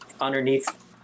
underneath